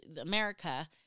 America